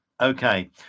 okay